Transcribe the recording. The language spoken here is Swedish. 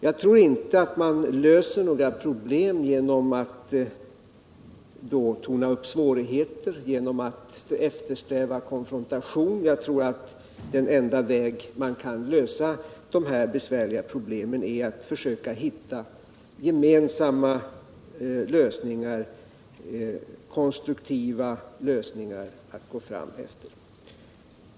Jag tror inte att man löser några problem genom att torna upp svårigheter, genom att eftersträva konfrontation; jag tror att den enda väg på vilken man kan lösa dessa svåra problem är att försöka hitta gemensamma lösningar, konstruktiva lösningar.